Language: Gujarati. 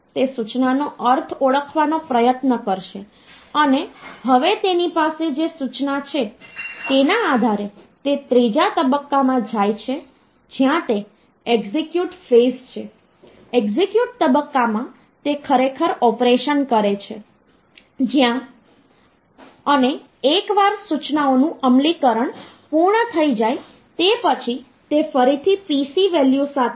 તેથી બાઈનરી નંબર સિસ્ટમ નો આધાર 2 છે અને હું શું કરું છું કે હું ફક્ત 723 ને 2 દ્વારા પુનરાવર્તિત ભાગાકાર કરું છું અને તેના રીમાઇન્ડર શેષ reminder મૂલ્યો નોંધીશ